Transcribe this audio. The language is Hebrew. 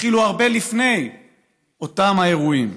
התחילו הרבה לפני אותם האירועים.